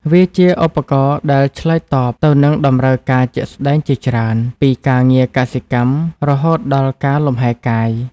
វាជាឧបករណ៍ដែលឆ្លើយតបទៅនឹងតម្រូវការជាក់ស្តែងជាច្រើន ពីការងារកសិកម្ម រហូតដល់ការលំហែកាយ។